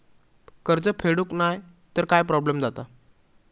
कर्ज फेडूक नाय तर काय प्रोब्लेम जाता?